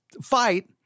fight